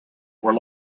were